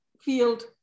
field